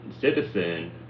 citizen